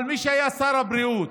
אבל מי שהיה שר הבריאות,